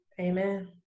Amen